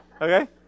Okay